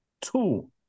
Two